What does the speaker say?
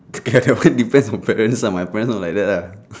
get to which depends on parents lah my parents not like that lah